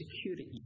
security